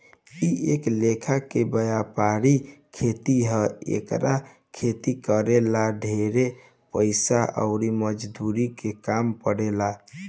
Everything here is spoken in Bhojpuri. इ एक लेखा के वायपरिक खेती ह एकर खेती करे ला ढेरे पइसा अउर मजदूर के काम पड़ेला